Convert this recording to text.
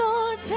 Lord